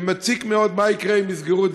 ומציק מאוד מה יקרה אם יסגרו את